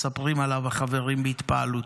מספרים עליו החברים בהתפעלות,